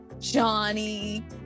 Johnny